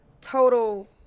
total